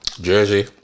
Jersey